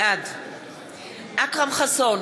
בעד אכרם חסון,